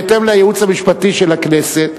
בהתאם לייעוץ המשפטי של הכנסת,